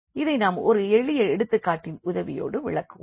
இதை நாம் ஒரு எளிய எடுத்துக்காட்டின் உதவியோடு விளக்குவோம்